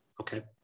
Okay